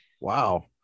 Wow